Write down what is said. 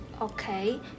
Okay